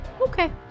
Okay